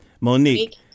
Monique